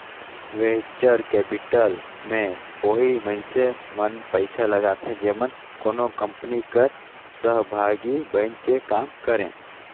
venture capital में ओही मइनसे मन पइसा लगाथें जेमन कोनो कंपनी कर सहभागी बइन के काम करें